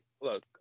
look